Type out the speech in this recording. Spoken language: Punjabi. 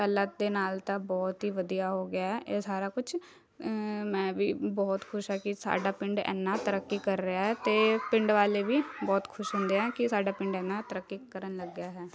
ਪਹਿਲਾਂ ਤੋਂ ਨਾਲ ਤਾਂ ਬਹੁਤ ਵਧੀਆ ਹੋ ਗਿਆ ਤੋਂ ਇਹ ਸਾਰਾ ਕੁਛ ਮੈਂ ਵੀ ਬਹੁਤ ਖੁਸ਼ ਹਾਂ ਕਿ ਸਾਡਾ ਪਿੰਡ ਇੰਨਾ ਤਰੱਕੀ ਕਰ ਰਿਹਾ ਹੈ ਅਤੇ ਪਿੰਡ ਵਾਲੇ ਵੀ ਬਹੁਤ ਖੁਸ਼ ਹੁੰਦੇ ਹੈ ਕਿ ਸਾਡਾ ਪਿੰਡ ਇੰਨਾ ਤਰੱਕੀ ਕਰਨ ਲੱਗ ਗਿਆ ਹੈ